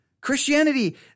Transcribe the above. Christianity